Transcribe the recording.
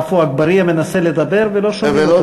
עפו אגבאריה מנסה לדבר ולא שומעים אותו.